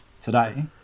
today